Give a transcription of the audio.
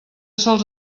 sols